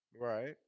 Right